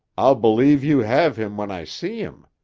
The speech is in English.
i'll believe you have him when i see him.